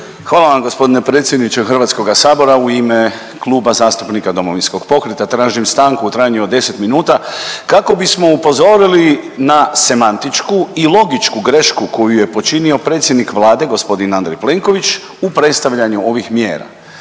Hvala vam gospodine predsjedniče Hrvatskoga sabora. U ime Kluba zastupnika Domovinskog pokreta tražim stanku u trajanju od 10 minuta kako bismo upozorili na semantičku i logičku grešku koju je počinio predsjednik Vlade gospodin Andrej Plenković u predstavljanju ovih mjera.